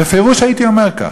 בפירוש הייתי אומר כך.